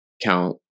count